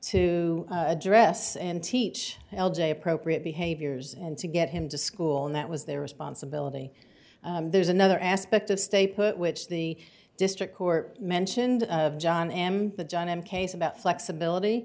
to address and teach l j appropriate behaviors and to get him to school and that was their responsibility there's another aspect of stay put which the district court mentioned john m the john m case about flexibility